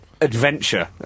adventure